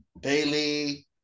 Bailey